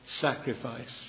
sacrifice